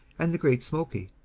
and the great smoky,